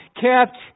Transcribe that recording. kept